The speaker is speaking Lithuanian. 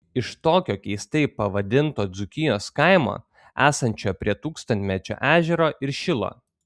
iš tokio keistai pavadinto dzūkijos kaimo esančio prie tūkstantmečio ežero ir šilo